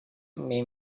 may